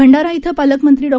भंडारा इथं पालकमंत्री डॉ